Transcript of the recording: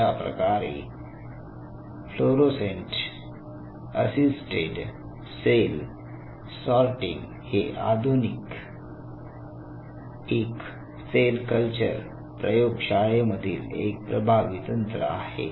अशाप्रकारे fluorescent assisted cell sorting हे आधुनिक एक सेल कल्चर प्रयोग शाळेमधील एक प्रभावी तंत्र आहे